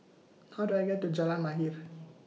How Do I get to Jalan Mahir